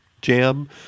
jam